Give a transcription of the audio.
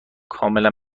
کاملا